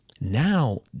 Now